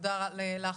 תודה לך.